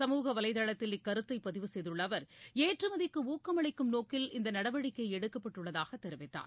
சமூக வலைத்தளத்தில் இக்கருத்தை பதிவு செய்துள்ள அவர் ஏற்றுமதிக்கு ஊக்கம் அளிக்கும் நோக்கில் இந்த நடவடிக்கை எடுக்கப்பட்டுள்ளதாக தெரிவித்தார்